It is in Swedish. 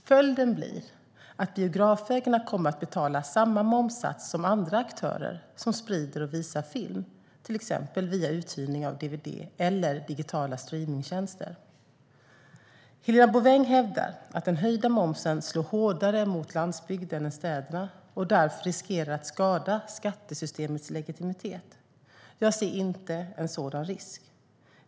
Följden blir att biografägarna kommer att betala samma momssats som andra aktörer som sprider och visar film till exempel via uthyrning av dvd eller digitala streamingtjänster. Helena Bouveng hävdar att den höjda momsen slår hårdare mot landsbygden än städerna och därför riskerar att skada skattesystemets legitimitet. Jag ser inte en sådan risk.